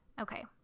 Okay